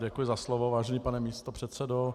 Děkuji za slovo, vážený pane místopředsedo.